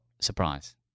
Surprise